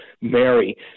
Mary